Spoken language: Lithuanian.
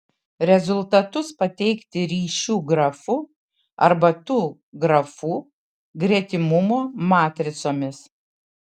rezultatus pateikti ryšių grafu arba tų grafų gretimumo matricomis